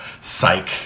psych